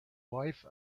wife